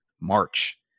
march